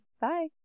Bye